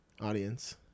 audience